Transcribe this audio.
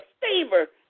favor